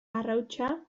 arrautsa